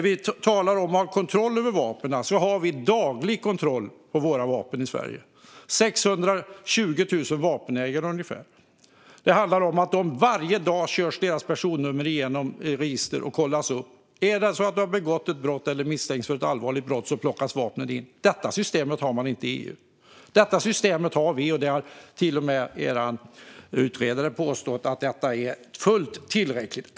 Vi talar om att ha kontroll över vapnen. Vi har daglig kontroll över våra vapen i Sverige. Det är ungefär 620 000 vapenägare. Varje dag körs deras personnummer igenom register och kollas upp. Har någon begått ett brott eller misstänks för ett allvarligt brott plockas vapnet in. Detta system har man inte i EU. Detta system har vi. Till och med er utredare har påstått att detta är fullt tillräckligt.